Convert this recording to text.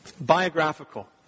Biographical